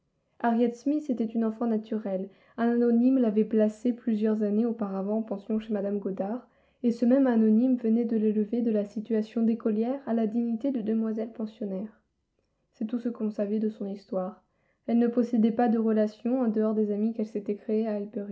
smith était une enfant naturelle un anonyme l'avait placée plusieurs années auparavant en pension chez mme goddard et ce même anonyme venait de l'élever de la situation d'écolière à la dignité de demoiselle pensionnaire c'est tout ce qu'on savait de son histoire elle ne possédait pas de relations en dehors des amis qu'elle s'était créés